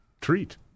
treat